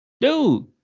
Dude